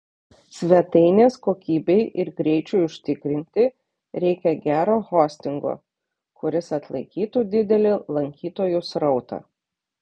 svetainės kokybei ir greičiui užtikrinti reikia gero hostingo kuris atlaikytų didelį lankytojų srautą